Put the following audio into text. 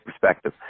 perspective